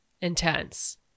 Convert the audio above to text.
intense